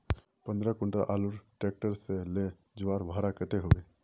पंद्रह कुंटल आलूर ट्रैक्टर से ले जवार भाड़ा कतेक होबे?